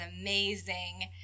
amazing